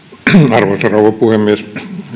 arvoisa rouva puhemies